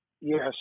Yes